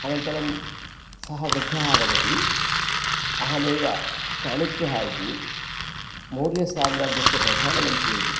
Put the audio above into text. अनन्तरं सः वृद्धः वदति अहमेव चाणक्यः इति मौर्यसाम्राज्यस्य प्रधानमन्त्री इति